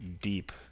deep